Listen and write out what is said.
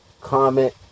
comment